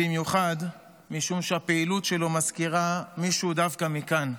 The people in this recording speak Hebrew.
במיוחד משום שהפעילות שלו מזכירה מישהו דווקא מכאן.